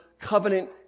covenant